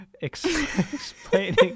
explaining